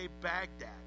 Baghdad